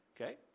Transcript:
Okay